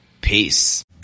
peace